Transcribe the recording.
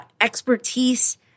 expertise